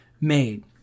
made